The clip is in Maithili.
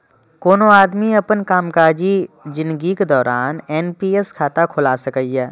कोनो आदमी अपन कामकाजी जिनगीक दौरान एन.पी.एस खाता खोला सकैए